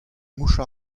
mouch